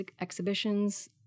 exhibitions